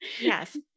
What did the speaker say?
Yes